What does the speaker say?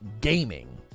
gaming